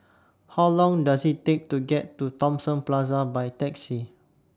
How Long Does IT Take to get to Thomson Plaza By Taxi